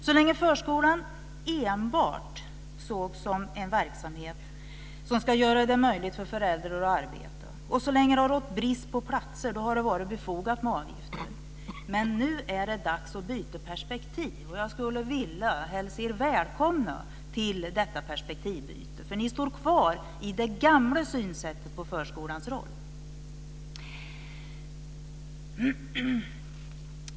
Så länge förskolan enbart sågs som en verksamhet som skulle göra det möjligt för föräldrarna att arbeta, och så länge det rått brist på platser, har det varit befogat med avgifter. Nu är det dags att byta perspektiv. Jag skulle vilja hälsa er välkomna till detta perspektivbyte, för ni står kvar i det gamla sättet att se på förskolans roll.